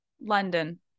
London